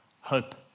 hope